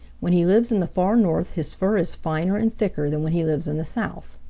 when he lives in the far north his fur is finer and thicker than when he lives in the south.